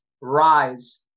rise